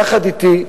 יחד אתי,